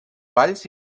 balls